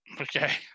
Okay